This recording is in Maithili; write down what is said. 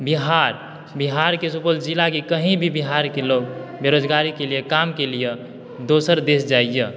बिहार बिहार के सुपौल जिला के कहीं भी बिहारके लोक बेरोजगारीके लिअ कामके लिअ दोसर देश जाइया